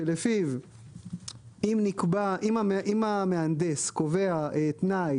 שלפיו אם המהנדס קובע תנאי